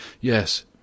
Yes